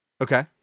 okay